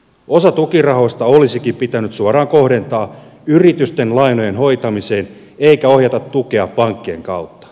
osa tukirahoista olisikin pitänyt suoraan kohdentaa yritysten lainojen hoitamiseen eikä ohjata tukea pankkien kautta